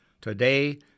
Today